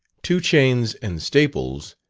two chains and staples,